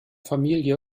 familie